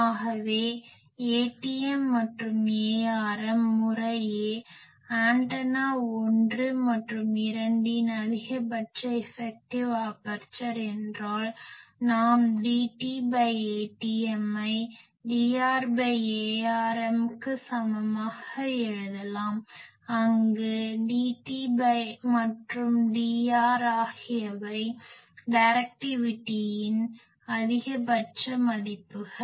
ஆகவே Atm மற்றும் Arm முறையே ஆண்டனா 1 மற்றும் 2 இன் அதிகபட்ச இஃபெக்டிவ் ஆபர்சர் என்றால் நாம் DtAtm ஐ Dr Arm க்கு சமமாக எழுதலாம் அங்கு Dt மற்றும் Dr ஆகியவை டைரக்டிவிட்டியின் அதிகபட்ச மதிப்புகள்